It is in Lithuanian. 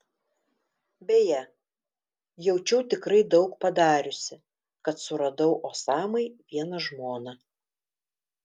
beje jaučiau tikrai daug padariusi kad suradau osamai vieną žmoną